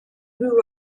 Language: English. grew